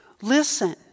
Listen